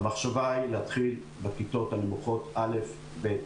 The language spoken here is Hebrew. המחשבה היא להתחיל בכיתות הנמוכות א-ג.